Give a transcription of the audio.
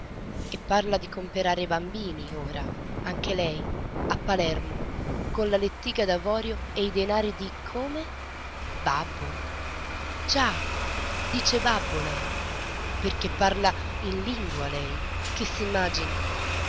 e parla di comperare i bambini ora anche lei a palermo con la lettiga d'avorio e i denari di come babbo già dice babbo lei perché parla in lingua lei che s'immagini